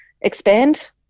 expand